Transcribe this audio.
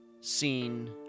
seen